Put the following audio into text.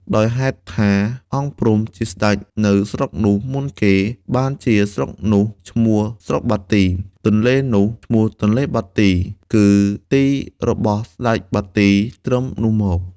ដោយហេតុថា អង្គព្រំ ជាសេ្តចនៅស្រុកនោះមុនគេ បានជាស្រុកនោះឈ្មោះ ស្រុកបាទី ទនេ្លនោះឈ្មោះទនេ្លបាទីគឺទីរបស់ស្ដេចបាទីត្រឹមនោះមក។